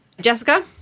Jessica